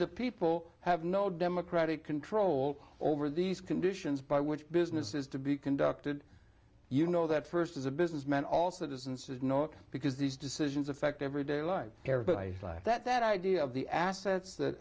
the people have no democratic control over these conditions by which business is to be conducted you know that first as a businessman also does and says not because these decisions affect everyday life there but i like that that idea of the assets that